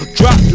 drop